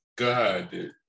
God